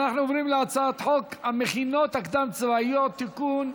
אנחנו עוברים להצעת חוק המכינות הקדם-צבאיות (תיקון),